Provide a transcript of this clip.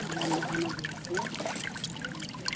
যান বাহন আদি আছে